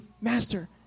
master